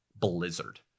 blizzard